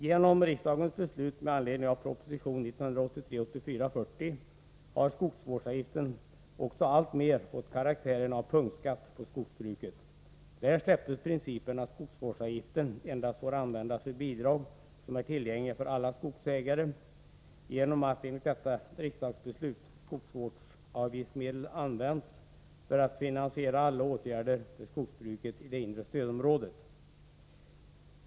Genom riksdagens beslut med anledning av proposition 1983/84:40 har skogsvårdsavgiften också alltmer fått karaktären av punktskatt på skogsbruket. Där släpptes principen att skogsvårdsavgiften endast får användas för bidrag som är tillgängliga för alla skogsägare genom att skogsvårdsavgiftsmedel enligt detta riksdagsbeslut används för att finansiera alla åtgärder för skogsbruket i det inre stödområdet.